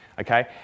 okay